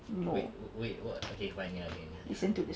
wai~ wait what okay fine ya okay ya ya